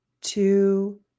two